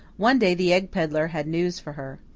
one day the egg pedlar had news for her.